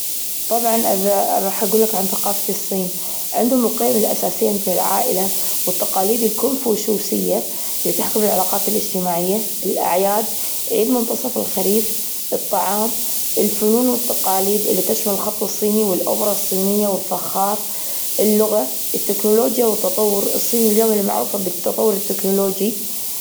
طبعًا هجولك عن ثقافة الصين، عندهم القيم الأساسية مثل العائلة والتقاليد الكونفشوسية اللي تحكم العلاقات الإجتماعية، الأعياد، عيد منتصف الخريف، الطعام، الفنون والتقاليد اللي تشمل الخط الصيني والأوبرا الصينية والفخار، اللغة، التكنولوجيا والتطور الصين اليوم المعروفة بالتطور التكنولوجي.